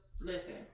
listen